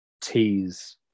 tease